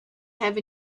have